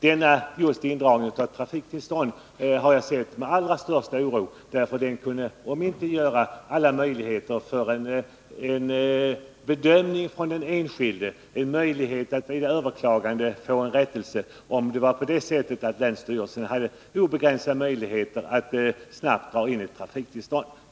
Just indragningarna av trafiktillstånd har jag sett på med den allra största oro, eftersom det kunde omintetgöra alla möjligheter för den enskilde att hävda en uppfattning och att vid överklagande få till stånd en rättelse, om länsstyrelsen hade obegränsade möjligheter att snabbt dra in ett trafiktillstånd.